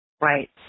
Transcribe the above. Right